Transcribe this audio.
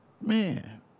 man